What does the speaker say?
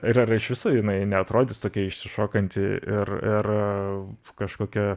ir ar iš viso jinai neatrodys tokia išsišokanti ir ir kažkokia